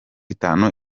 itanu